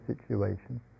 situation